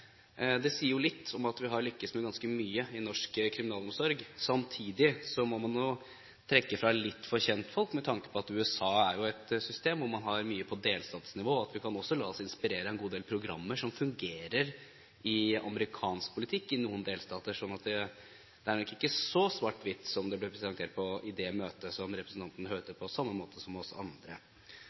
Det sier jo litt om vi har lyktes med ganske mye i norsk kriminalomsorg. Samtidig må man jo trekke fra litt for kjentfolk, med tanke på at man i USA har et system hvor mye er på delstatsnivå. Vi kan også la oss inspirere av en god del programmer som fungerer i amerikansk politikk i noen delstater, så det er nok ikke så svart-hvitt som det ble presentert i det møtet, som representanten hørte på samme måte som oss andre.